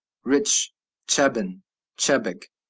rich chabin chabic.